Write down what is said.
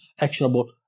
actionable